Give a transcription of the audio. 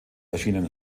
erschienen